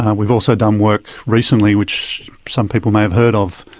and we've also done work recently which some people may have heard of,